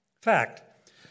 Fact